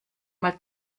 mal